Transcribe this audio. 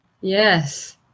Yes